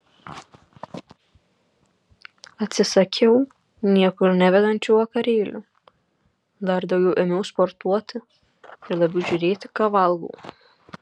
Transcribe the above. atsisakiau niekur nevedančių vakarėlių dar daugiau ėmiau sportuoti ir labiau žiūrėti ką valgau